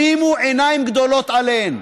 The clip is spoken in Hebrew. שימו עיניים גדולות עליהן.